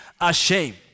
ashamed